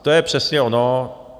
To je přesně ono.